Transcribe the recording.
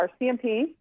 RCMP